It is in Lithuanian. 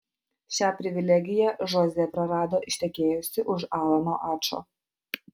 šią privilegiją žozė prarado ištekėjusi už alano ačo